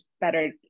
better